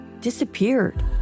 disappeared